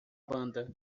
banda